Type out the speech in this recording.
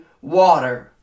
water